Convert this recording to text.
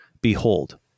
behold